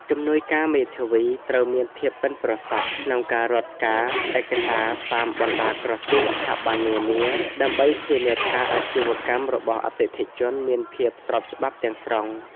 ជំនួយការមេធាវីត្រូវមានភាពប៉ិនប្រសប់ក្នុងការរត់ការឯកសារតាមបណ្តាក្រសួងស្ថាប័ននានា ដើម្បីធានាថាអាជីវកម្មរបស់អតិថិជនមានភាពស្របច្បាប់ទាំងស្រុង។